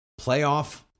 Playoff